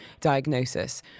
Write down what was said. diagnosis